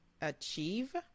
Achieve